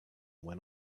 went